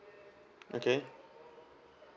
okay